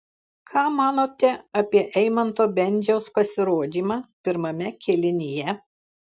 ką manote apie eimanto bendžiaus pasirodymą pirmame kėlinyje